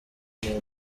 izi